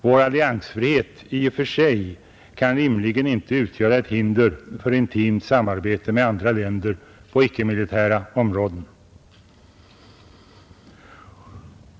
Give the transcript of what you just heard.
Vår alliansfrihet i och för sig kan rimligen inte utgöra ett hinder för intimt samarbete med andra länder på icke-militära områden.